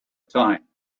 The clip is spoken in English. time